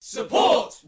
Support